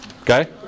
Okay